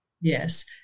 Yes